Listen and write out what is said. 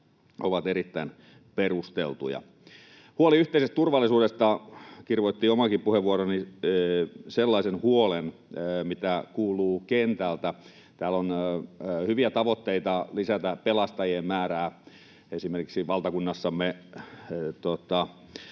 ovat erittäin perusteltuja. Huoli yhteisestä turvallisuudesta kirvoitti omaankin puheenvuorooni sellaisen huolen, mitä kuuluu kentältä, että vaikka täällä on hyviä tavoitteita, esimerkiksi lisätään pelastajien määrää valtakunnassamme